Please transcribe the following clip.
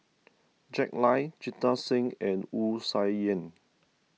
Jack Lai Jita Singh and Wu Tsai Yen